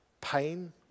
pain